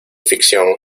ficción